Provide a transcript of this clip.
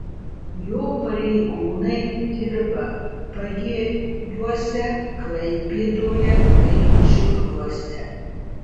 jo pareigūnai dirba pagėgiuose klaipėdoje bei šiauliuose